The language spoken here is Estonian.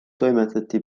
toimetati